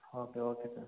okay okay sir